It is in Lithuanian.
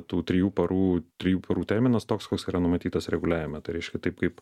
tų trijų parų trijų parų terminas toks koks yra numatytas reguliavime tai reiškia taip kaip